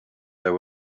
there